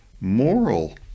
moral